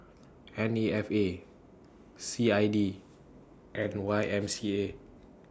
N A F A C I D and Y M C A